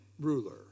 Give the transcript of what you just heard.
ruler